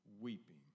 weeping